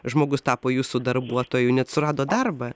žmogus tapo jūsų darbuotoju net surado darbą